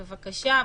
בבקשה,